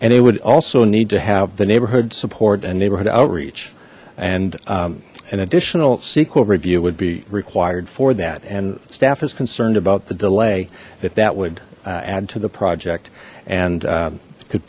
and it would also need to have the neighborhood support and neighborhood outreach and an additional sequel review would be required for that and staff is concerned about the delay that that would add to the project and could